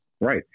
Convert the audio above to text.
Right